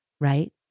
right